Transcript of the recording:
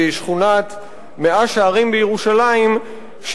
בשכונת מאה-שערים בירושלים,